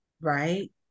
right